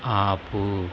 ఆపు